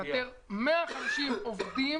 ולפטר 150 עובדים